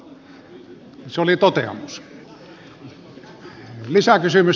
se oli toteamus